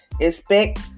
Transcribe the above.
Expect